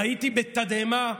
ראיתי בתדהמה,